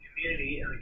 community